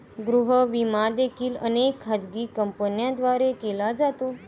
गृह विमा देखील अनेक खाजगी कंपन्यांद्वारे केला जातो